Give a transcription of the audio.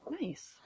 Nice